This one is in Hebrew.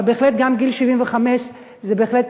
אבל גם גיל 75 זה בהחלט,